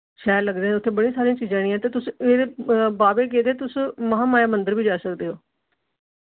शैह्र लगदे न उत्थे बड़ी सारियां चीजां जेह्ड़ियां ते तुस एह्दे बावे गेदे तुस महामाया मंदर वी जाई सकदे ओ